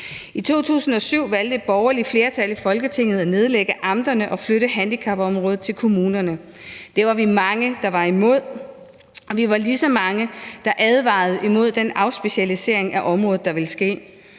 I 2007 valgte et borgerligt flertal i Folketinget at nedlægge amterne og flytte handicapområdet til kommunerne. Det var vi mange der var imod, og vi var lige så mange, der advarede imod den afspecialisering af området, der ville ske: